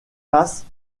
passent